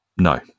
No